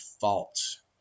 false